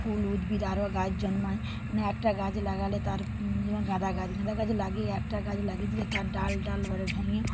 ফুল উদ্ভিদ আরো গাছ জন্মায় মানে একটা গাছ লাগালে তার মানে যেমন গাঁদা গাছ গেঁদা গাছ লাগিয়ে একটা গাছ লাগিয়ে দিলে তার ডাল ডাল ঘরে ভেঙ্গে